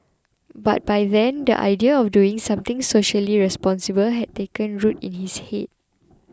but by then the idea of doing something socially responsible had taken root in his head